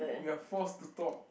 that we're forced to talk